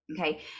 Okay